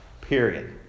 period